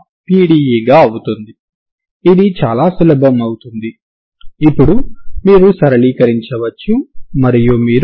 అంటే x 0 వద్ద మీరు u 0 మరియు ux0 ని అందించాల్సి ఉంటుంది